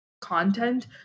content